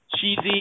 cheesy